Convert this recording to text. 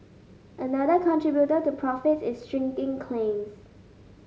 another contributor to profits is shrinking claims